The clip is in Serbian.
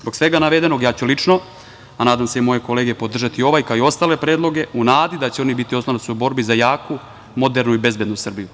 Zbog svega navedenog, ja ću lično, a nadam se i moje kolege, podržati ovaj, kao i ostale predloge, u nadi da će oni biti oslonac u borbi za jaku, modernu i bezbednu Srbiju.